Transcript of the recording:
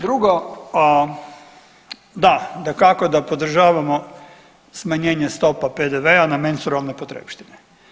Drugo, dakako da podržavamo smanjenje stopa PDV-a na menstrualne potrepštine.